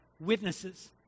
witnesses